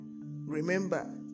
remember